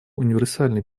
универсальный